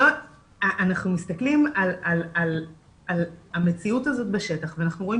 אנחנו מסתכלים על המציאות הזאת בשטח ואנחנו רואים